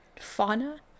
Fauna